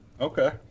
Okay